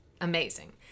amazing